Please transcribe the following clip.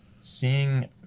seeing